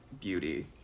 beauty